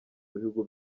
bihugu